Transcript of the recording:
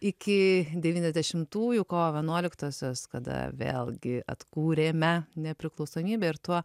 iki devyniasdešimtųjų kovo vienuoliktosios kada vėlgi atkūrėme nepriklausomybę ir tuo